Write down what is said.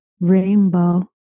rainbow